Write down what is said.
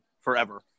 forever